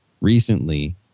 recently